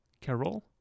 Carol